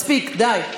מספיק, די.